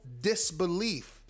disbelief